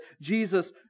Jesus